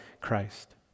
Christ